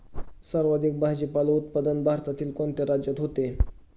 सर्वाधिक भाजीपाला उत्पादन भारतातील कोणत्या राज्यात होते?